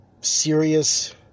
Serious